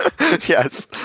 Yes